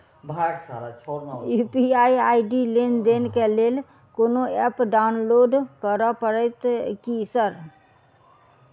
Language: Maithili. यु.पी.आई आई.डी लेनदेन केँ लेल कोनो ऐप डाउनलोड करऽ पड़तय की सर?